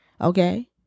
Okay